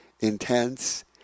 intense